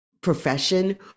profession